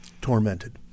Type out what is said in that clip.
Tormented